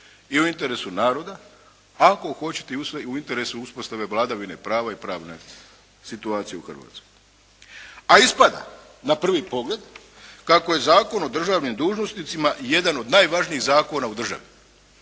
i u interesu naroda ako hoćete i u interesu uspostave vladavine prava i pravne situacije u Hrvatskoj. A ispada na prvi pogled kako je Zakon o državnim dužnosnicima jedan od najvažnijih zakona u državi.